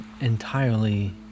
entirely